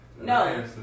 No